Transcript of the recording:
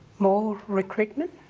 more recruitment.